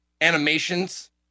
animations